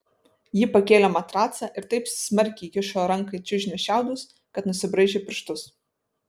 ji pakėlė matracą ir taip smarkiai įkišo ranką į čiužinio šiaudus kad nusibraižė pirštus